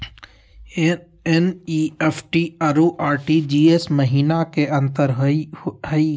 NEFT अरु RTGS महिना का अंतर हई?